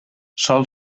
sol